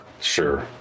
sure